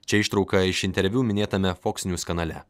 čia ištrauka iš interviu minėtame fox news kanale